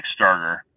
Kickstarter